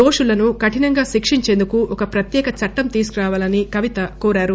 దోషులను కరినంగా శిక్షించేందుకు ఒక ప్రత్యేక చట్టం తీసుకురావాలని కవిత కోరారు